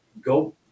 Go